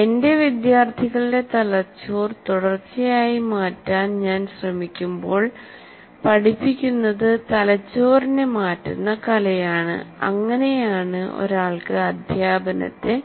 എന്റെ വിദ്യാർത്ഥികളുടെ തലച്ചോർ തുടർച്ചയായി മാറ്റാൻ ഞാൻ ശ്രമിക്കുമ്പോൾ പഠിപ്പിക്കുന്നത് തലച്ചോറിനെ മാറ്റുന്ന കലയാണ് അങ്ങനെയാണ് ഒരാൾക്ക് അധ്യാപനത്തെ